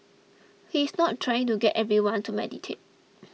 he is not trying to get everyone to meditate